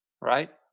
right